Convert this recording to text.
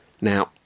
Now